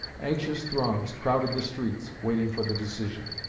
anxious throngs crowded the streets waiting for the decision.